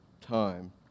time